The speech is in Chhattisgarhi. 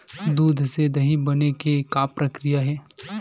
दूध से दही बने के का प्रक्रिया हे?